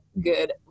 good